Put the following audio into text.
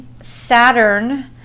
saturn